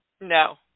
No